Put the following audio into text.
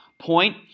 point